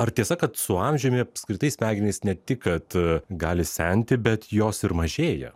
ar tiesa kad su amžiumi apskritai smegenys ne tik kad gali senti bet jos ir mažėja